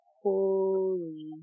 Holy